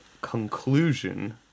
conclusion